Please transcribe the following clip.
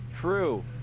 True